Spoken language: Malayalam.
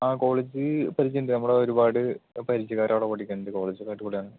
ആ കോളേജിൽ പഠിച്ചിട്ടുണ്ട് നമ്മളെ ഒരുപാട് പരിചയകാരവിടെ പഠിക്കണുണ്ട് കോളേജൊക്കെ അടിപ്പൊളിയാണ്